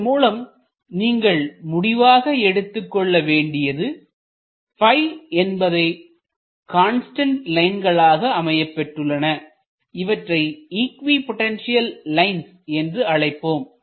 இதன் மூலம் நீங்கள் முடிவாக எடுத்துக் கொள்ள வேண்டியது என்பவை கான்ஸ்டன்ட் லைன்களாக அமையப்பெற்றுள்ளன இவற்றை இக்வி பொட்டன்ஷியல் லைன் என்று அழைப்போம்